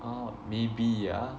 oh maybe ah